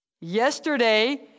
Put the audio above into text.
yesterday